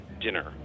dinner